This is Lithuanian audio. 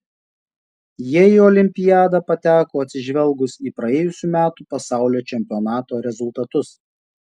jie į olimpiadą pateko atsižvelgus į praėjusių metų pasaulio čempionato rezultatus